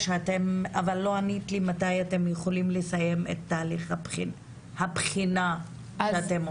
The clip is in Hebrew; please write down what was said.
אבל לא ענית לי מתי אתם יכולים לסיים את תהליך הבחינה שאתם עושים.